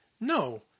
No